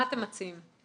מה אתם מציעים כאן?